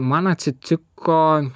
man atsitiko